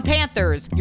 Panthers